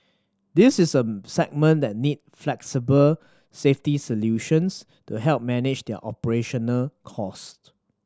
this is a segment that need flexible safety solutions to help manage their operational costs